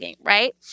right